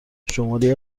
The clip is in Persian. شماری